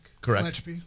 Correct